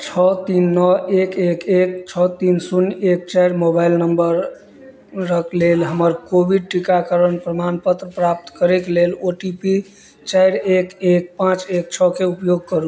छओ तीन नओ एक एक छओ तीन शून्य एक चारि मोबाइल नंबररक लेल हमर कोविड टीकाकरण प्रमाणपत्र प्राप्त करयक लेल ओ टी पी चारि एक एक पाँच एक छओ के उपयोग करू